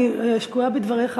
אני שקועה בדבריך,